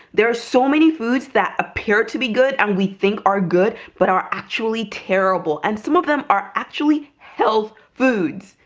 there are so many foods that appear to be good and we think are good but are actually terrible and some of them are actually health foods.